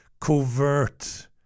covert